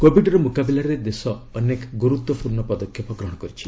କୋବିଡର ମୁକାବିଲାରେ ଦେଶ ଅନେକ ଗୁରୁତ୍ୱପୂର୍ଣ୍ଣ ପଦକ୍ଷେପ ଗ୍ରହଣ କରିଛି